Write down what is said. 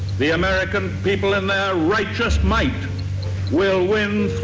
the american people and their righteous might will win